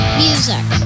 music